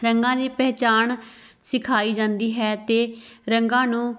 ਰੰਗਾਂ ਦੀ ਪਹਿਚਾਣ ਸਿਖਾਈ ਜਾਂਦੀ ਹੈ ਅਤੇ ਰੰਗਾਂ ਨੂੰ